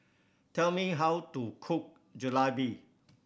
tell me how to cook Jalebi